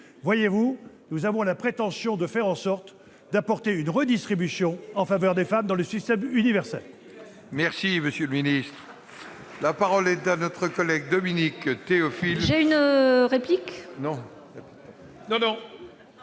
Voyez-vous, nous avons la prétention d'aller vers davantage de redistribution en faveur des femmes dans le système universel